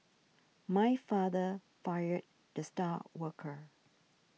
my father fired the star worker